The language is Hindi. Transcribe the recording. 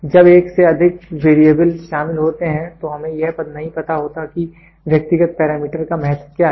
जब एक से अधिक वेरिएबल शामिल होते हैं तो हमें यह नहीं पता होता है कि व्यक्तिगत पैरामीटर का महत्व क्या है